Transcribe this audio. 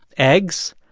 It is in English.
eggs,